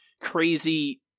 crazy